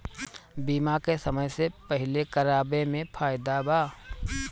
बीमा के समय से पहिले करावे मे फायदा बा